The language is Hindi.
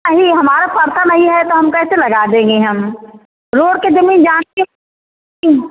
नहीं हमारा परता नहीं है तो हम कैसे लगा देंगे हम रोड के जमीन जानती हो